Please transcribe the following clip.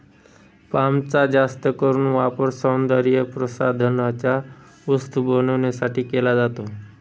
पामचा जास्त करून वापर सौंदर्यप्रसाधनांच्या वस्तू बनवण्यासाठी केला जातो